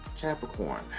Capricorn